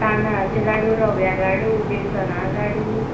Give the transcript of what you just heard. तांदळाचे लाडू रव्या लाडू बेसना लाडू